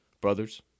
brothers